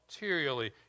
materially